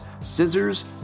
scissors